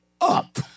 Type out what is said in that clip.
up